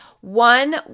one